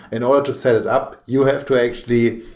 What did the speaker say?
in order to set it up, you have to actually,